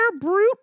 brute